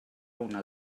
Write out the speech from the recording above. una